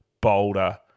bolder